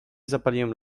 zapaliłem